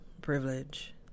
privilege